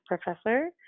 professor